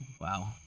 Wow